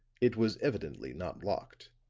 it was evidently not locked.